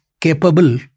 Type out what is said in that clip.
capable